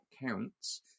counts